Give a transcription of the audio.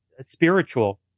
spiritual